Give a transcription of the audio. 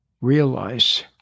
realize